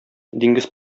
диңгез